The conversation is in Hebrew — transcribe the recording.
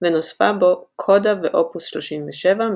ונוספה בו קודה ואופוס 37,